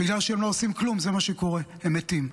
בגלל שהם לא עושים כלום, זה מה שקורה, הם מתים.